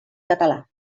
català